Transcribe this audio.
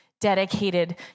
dedicated